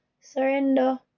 Surrender